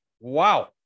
Wow